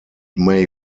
may